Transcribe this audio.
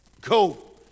Go